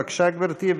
בבקשה, גברתי.